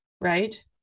right